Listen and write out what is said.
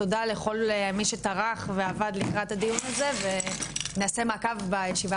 תודה לכל מי שטרח ועבד לקראת הדיון הזה ונעשה מעכב בישיבה